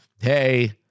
hey